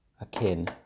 akin